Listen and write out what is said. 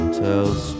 tells